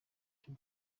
cy’u